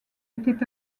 était